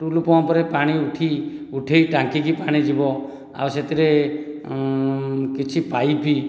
ଟୁଲୁ ପମ୍ପରେ ପାଣି ଉଠି ଉଠି ଟାଙ୍କିକି ପାଣି ଯିବ ଆଉ ସେଥିରେ କିଛି ପାଇପ୍